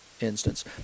instance